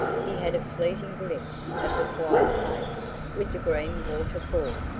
he had a fleeting glimpse of the quiet place with the green water-fall,